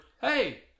hey